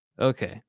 Okay